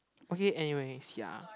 okay anyways ya